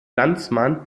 landsmann